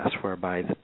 whereby